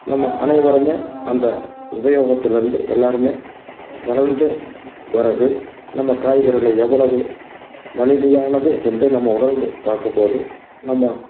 நம்ம அனைவரும் அந்த உபயோகத்தில் இருந்து எல்லாரும் வளர்ந்து பிறகு நம்ம காய்கறிகள எவ்வளவு மலிமையானது என்று நம்ம உணர்ந்து பார்க்கும் போது நம்ம